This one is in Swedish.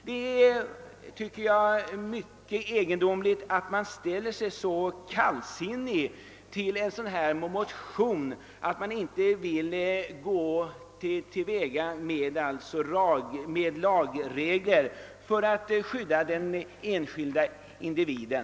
Det är, tycker jag, mycket egendomligt att man ställer sig så kallsinnig till min motion, och inte vill med lagregler skydda den enskilda individen.